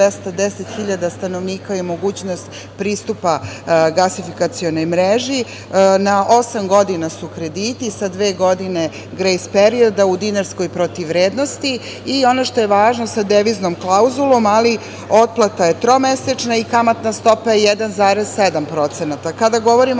210.000 stanovnika i mogućnost pristupa gasifikacionoj mreži, na osam godina su krediti sa dve godine grejs perioda, u dinarskoj protivvrednosti, i ono što je važno – sa deviznom klauzulom, ali otplata je tromesečna i kamatna stopa je 1,7%.Kada govorimo